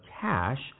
cash